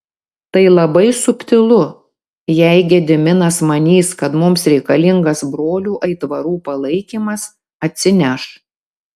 tai labai subtilu jei gediminas manys kad mums reikalingas brolių aitvarų palaikymas atsineš